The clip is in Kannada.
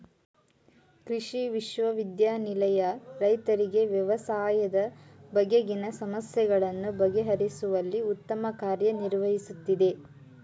ಕೃಷಿ ವಿಶ್ವವಿದ್ಯಾನಿಲಯ ರೈತರಿಗೆ ವ್ಯವಸಾಯದ ಬಗೆಗಿನ ಸಮಸ್ಯೆಗಳನ್ನು ಬಗೆಹರಿಸುವಲ್ಲಿ ಉತ್ತಮ ಕಾರ್ಯ ನಿರ್ವಹಿಸುತ್ತಿದೆ